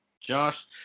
Josh